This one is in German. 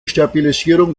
stabilisierung